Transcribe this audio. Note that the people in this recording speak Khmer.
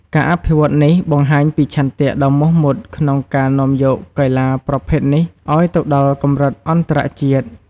ការអភិវឌ្ឍនេះបង្ហាញពីឆន្ទៈដ៏មោះមុតក្នុងការនាំយកកីឡាប្រភេទនេះឱ្យទៅដល់កម្រិតអន្តរជាតិ។